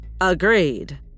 Agreed